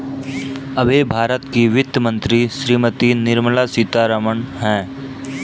अभी भारत की वित्त मंत्री श्रीमती निर्मला सीथारमन हैं